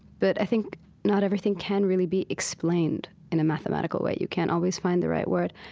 but i think not everything can really be explained in a mathematical way. you can't always find the right word.